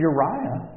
Uriah